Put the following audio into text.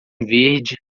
verde